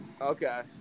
Okay